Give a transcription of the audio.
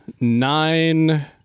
nine